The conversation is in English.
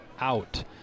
out